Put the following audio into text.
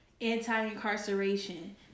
anti-incarceration